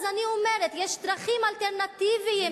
אז אני אומרת: יש דרכים אלטרנטיביות.